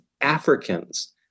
Africans